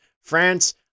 France